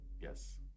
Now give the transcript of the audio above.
yes